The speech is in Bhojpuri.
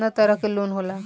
केतना तरह के लोन होला?